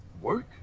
work